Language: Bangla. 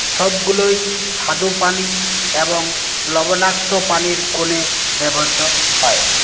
সবগুলোই স্বাদু পানি এবং লবণাক্ত পানির কোনে ব্যবহৃত হয়